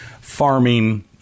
farming